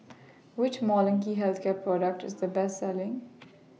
Which Molnylcke Health Care Product IS The Best Selling